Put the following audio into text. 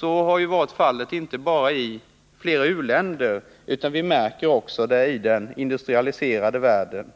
Så har ju varit fallet inte bara i flera u-länder, utan vi märker det också i den industrialiserade världen.